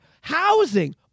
housing